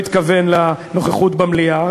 התכוון לנוכחות במליאה.